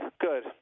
good